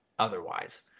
otherwise